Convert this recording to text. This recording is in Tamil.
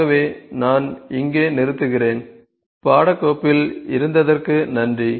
ஆகவே நான் இங்கே நிறுத்துகிறேன் பாட கோவில் இருந்ததற்கு நன்றி